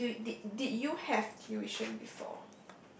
did did did did you have tuition before